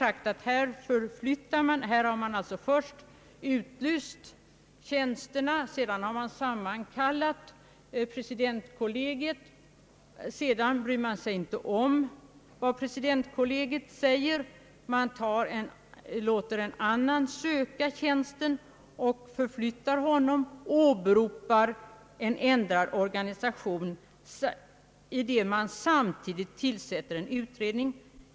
Utskottet konstaterar att först har man utlyst tjänsterna och sammankallat presidentkollegiet; men sedan bryr man sig inte om vad kollegiet säger. Man låter en annan söka tjänsten, förflyttar honom och åberopar en ändrad organisation samtidigt som man tillsätter en utredning.